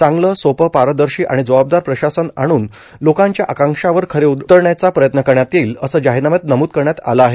चांगलं सोपं पारदर्शी आणि जबाबदार प्रशासन आणून लोकांच्या आकांक्षावर खरे उरण्याचा प्रयत्न करण्यात येईल असं जाहीरनाम्यात नमूद करण्यात आलं आहे